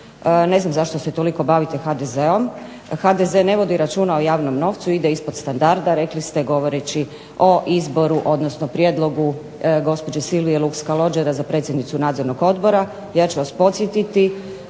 Ne znam zašto se toliko bavite HDZ-om. HDZ ne vodi računa o javnom novcu, ide ispod standarda rekli ste govoreći o izboru odnosno prijedlogu gospođe Silvije Luks Kalođera za predsjednicu Nadzornog odbora. Ja ću vas podsjetiti